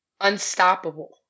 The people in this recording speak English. Unstoppable